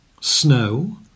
Snow